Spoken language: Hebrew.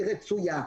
היא רצויה.